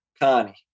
Connie